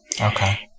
Okay